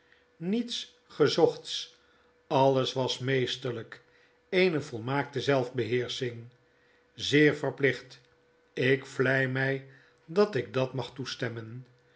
niets gezochts alles was meesterlyk eene volmaakte zelfbeheersching zeer verplicht ik vlei my dat ik dat mag toestemmen